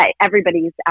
everybody's